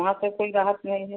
वहाँ से कोई राहत नहीं है